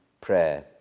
prayer